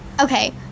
Okay